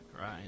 right